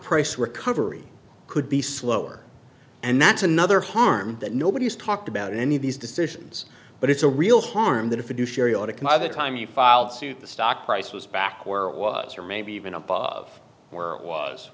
price recovery could be slower and that's another harm that nobody has talked about any of these decisions but it's a real harm that if you do sherry on a come on the time you filed suit the stock price was back where it was or maybe even above where it was